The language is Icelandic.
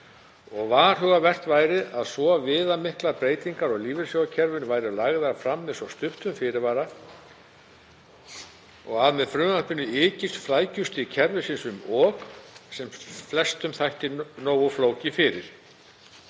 að varhugavert væri að svo viðamiklar breytingar á lífeyrissjóðakerfinu væru lagðar fram með svo stuttum fyrirvara og að með frumvarpinu ykist flækjustig kerfisins um of, sem flestum þætti nógu flókið fyrir.